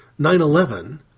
9-11